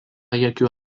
jokių